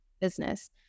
business